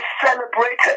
celebrated